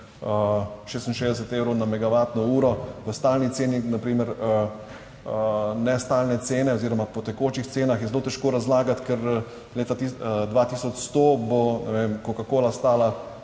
66 evrov na megavatno uro v stalni ceni na primer. Nestalne cene oziroma po tekočih cenah, je zelo težko razlagati, ker leta 2100 bo, ne vem, kokakola stala